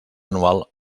anual